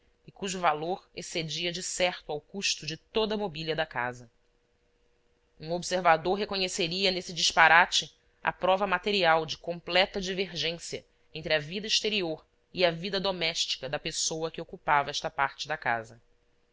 e cujo valor excedia de certo ao custo de toda a mobília da casa um observador reconheceria nesse disparate a prova material de completa divergência entre a vida exterior e a vida doméstica da pessoa que ocupava esta parte da casa